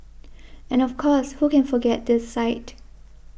and of course who can forget this sight